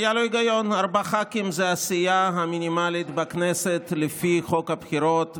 היה לו היגיון: ארבעה ח"כים זאת הסיעה המינימלית בכנסת לפי חוק הבחירות,